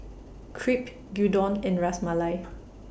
Crepe Gyudon and Ras Malai